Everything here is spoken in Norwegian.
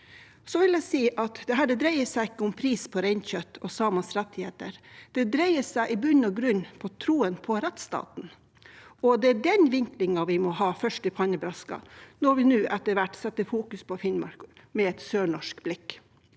Finnmark ned. Dette dreier seg ikke om prisen på reinkjøtt og samenes rettigheter. Det dreier seg i bunn og grunn om troen på rettsstaten, og det er den vinklingen vi må ha først i pannebrasken når vi nå etter hvert fokuserer på Finnmark med et sørnorsk blikk,